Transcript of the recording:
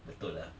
betul lah